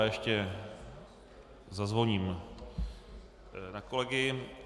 Ještě zazvoním na kolegy.